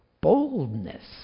boldness